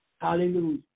Hallelujah